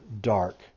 dark